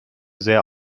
sehr